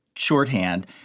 shorthand